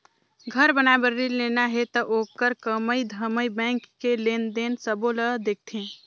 घर बनाए बर रिन लेना हे त ओखर कमई धमई बैंक के लेन देन सबो ल देखथें